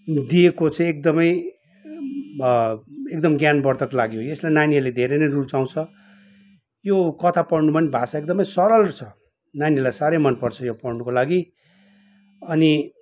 दिएको चाहिँ एकदमै एकदम ज्ञानवर्धक लाग्यो यसलाई नानीहरूले धेरै नै रुचाउँछ यो कथा पढ्नुमा पनि भाषा एकदमै सरल छ नानीहरूलाई साह्रै मनपर्छ यो पढ्नुको लागि अनि